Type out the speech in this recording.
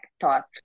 thought